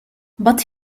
but